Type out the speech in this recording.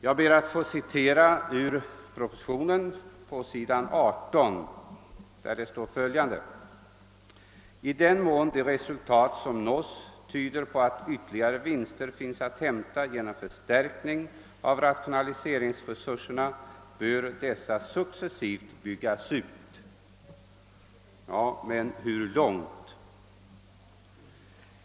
Jag ber att ur proposition nr 35 få citera följande på s. 18: »I den mån de resultat som nås tyder på att ytterligare vinster finns att hämta genom förstärkning av rationaliseringsresurserna bör dessa successivt byggas ut.» Ja, men hur långt?